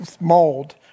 mold